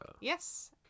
Yes